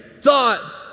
thought